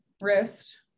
wrist